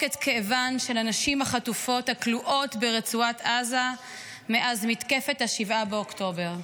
את כאבן של הנשים החטופות הכלואות ברצועת עזה מאז מתקפת 7 באוקטובר.